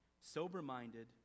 sober-minded